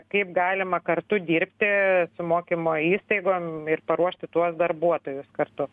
kaip galima kartu dirbti su mokymo įstaigom ir paruošti tuos darbuotojus kartu